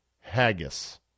haggis